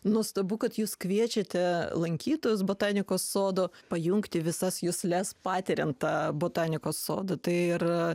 nuostabu kad jūs kviečiate lankytojus botanikos sodo pajungti visas jusles patiriant tą botanikos sodą tai ir